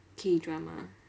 K drama